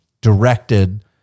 directed